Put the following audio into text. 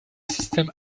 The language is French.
système